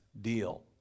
deal